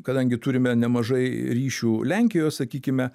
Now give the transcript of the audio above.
kadangi turime nemažai ryšių lenkijoj sakykime